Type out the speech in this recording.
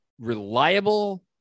reliable